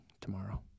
tomorrow